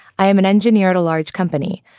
i am an engineer at a large company.